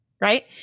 right